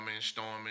storming